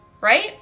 right